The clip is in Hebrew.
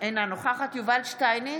אינה נוכחת יובל שטייניץ,